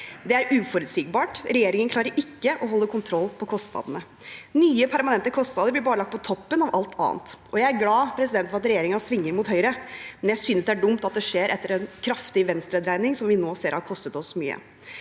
Det er uforutsigbart, og regjeringen klarer ikke å holde kontroll med kostnadene. Nye, permanente kostnader blir bare lagt på toppen av alt annet. Jeg er glad for at regjeringen svinger mot høyre, men jeg synes det er dumt at det skjer etter en kraftig venstredreining, som vi nå ser har kostet oss mye.